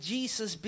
Jesus